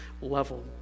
level